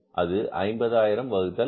அது 55000 வகுத்தல் 150000